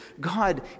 God